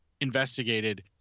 investigated